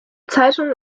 zeitung